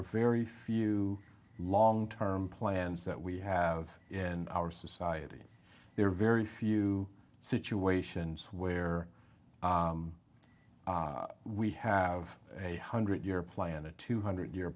are very few long term plans that we have in our society there are very few situations where we have a hundred year plan a two hundred year